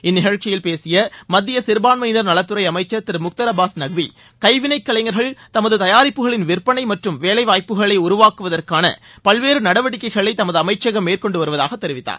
இந்நிகழ்ச்சியில் பேசிய மத்திய சிறபான்மையினர் நலத்துறை அமைச்சர் திரு முக்தார் அப்பாஸ் நக்வி கைவினைக்கலைஞர்கள் தங்களது தயாரிப்புகளின் விற்பனை மற்றும் வேலைவாய்ப்புகளை உருவாக்குவதற்கான பல்வேறு நடவடிக்கைகளை தமது அமைச்சகம் மேற்கொண்டு வருவதாக தெரிவித்தார்